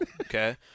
okay